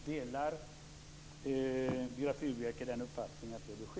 Delar Viola Furubjelke uppfattningen att det bör ske?